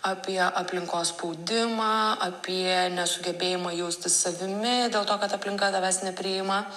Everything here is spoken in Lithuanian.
apie aplinkos spaudimą apie nesugebėjimą jaustis savimi dėl to kad aplinka tavęs nepriima